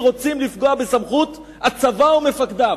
שרוצים לפגוע בסמכות הצבא ומפקדיו.